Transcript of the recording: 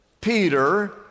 Peter